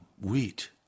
wheat